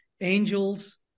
angels